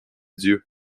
dieu